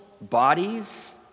bodies